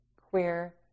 queer